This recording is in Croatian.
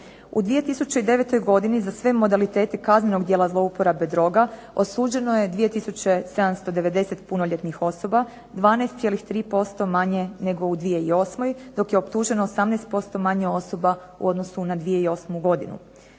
U 2009. godini za sve modalitete kaznenog djela zlouporabe droga osuđeno 2 tisuće 790 punoljetnih osoba, 12,3% manje nego u 2008. dok je optuženo 18% manje osoba u odnosu na 2008. godinu.